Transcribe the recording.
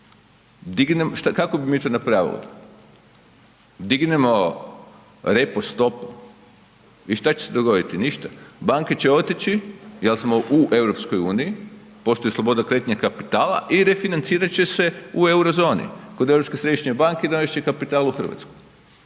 Kako bi mi to napravili? Dignemo … stopu. I što će se dogoditi? Ništa. Banke će otići jer smo u Europskoj uniji, postoji sloboda kretanja kapitala i refinancirat će se u euro-zoni kod Europske središnje banke dovest će kapital u Hrvatsku